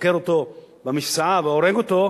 דוקר אותו במפשעה והורג אותו,